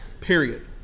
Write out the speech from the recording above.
Period